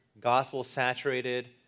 gospel-saturated